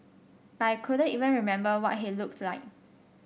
but I couldn't even remember what he looked like